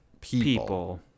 People